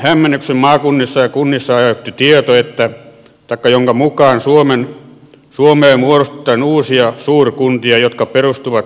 ensimmäisen hämmennyksen maakunnissa ja kunnissa aiheutti tieto jonka mukaan suomeen muodostetaan uusia suurkuntia jotka perustuvat työssäkäyntialueisiin